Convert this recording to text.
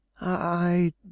I